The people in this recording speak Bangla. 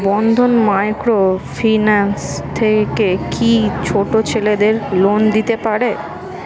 বন্ধন মাইক্রো ফিন্যান্স থেকে কি কোন ছেলেদের লোন দিতে পারে?